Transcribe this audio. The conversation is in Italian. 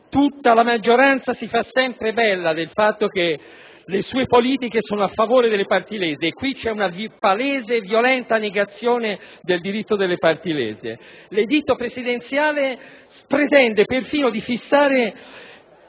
Tutta la maggioranza si fa sempre bella del fatto che le sue politiche sono a favore delle parti lese: qui c'è una palese e violenta negazione del diritto di tali parti. L'editto presidenziale pretende persino di fissare